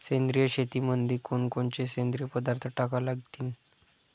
सेंद्रिय शेतीमंदी कोनकोनचे सेंद्रिय पदार्थ टाका लागतीन?